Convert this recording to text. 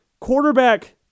quarterback